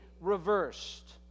reversed